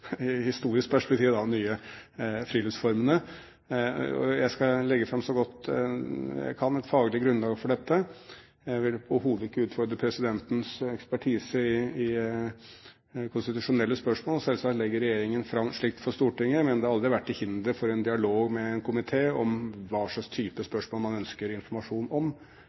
Jeg skal legge fram så godt jeg kan et faglig grunnlag for dette. Jeg vil overhodet ikke utfordre presidentens ekspertise i konstitusjonelle spørsmål. Selvsagt legger regjeringen fram slikt for Stortinget, men det har aldri vært til hinder for dialog med en komité om hva slags type spørsmål man ønsker informasjon om.